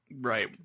Right